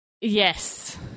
Yes